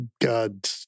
God